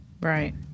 Right